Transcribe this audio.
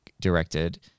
directed